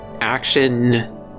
action